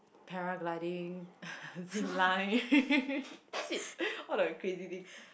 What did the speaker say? paragliding zipline shit all the crazy things